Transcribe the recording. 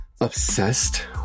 obsessed